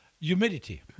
Humidity